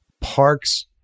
Parks